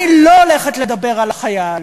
אני לא הולכת לדבר על החייל,